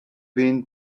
been